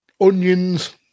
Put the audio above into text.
Onions